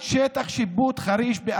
סמכויות לוועדה החשובה הזאת.